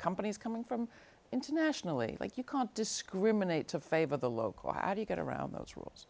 companies coming from internationally like you can't discriminate to favor the local how do you get around those rules